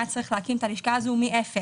היה צריך להקים את הלשכה הזו מאפס.